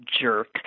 jerk